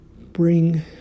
bring